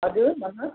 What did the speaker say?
हजुर भन्नुहोस्